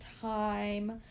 time